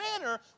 manner